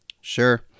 Sure